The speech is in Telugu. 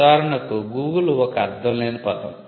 ఉదాహరణకు గూగుల్ ఒక అర్థం లేని పదం